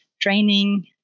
training